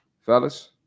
fellas